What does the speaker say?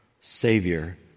savior